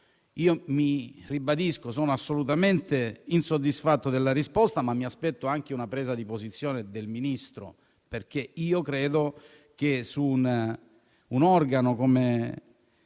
- lo ribadisco - sono assolutamente insoddisfatto della risposta, ma mi aspetto anche una presa di posizione del Ministro, perché credo che su un organo come